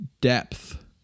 depth